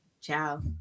Ciao